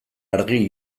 argi